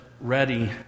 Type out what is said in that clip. ready